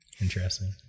interesting